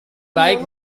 baik